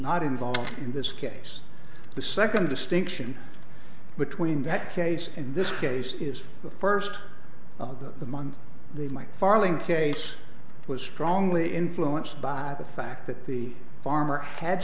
not involved in this case the second distinction between that case in this case is the first of the month the might farley case was strongly influenced by the fact that the farmer had